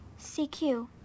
CQ